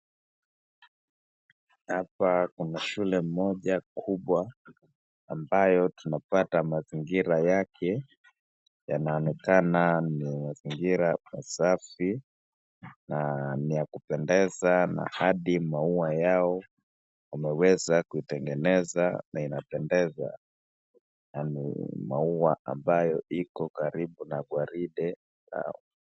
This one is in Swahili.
Hapa kuna shule moja kubwa ambayo tunapata mazingira yake yanaonekana ni mazingira masafi na ni ya kupendeza na hadi maua yao wameweza kuitengeneza na inapendeza yaani maua ambayo iko karibu na gwaride lao.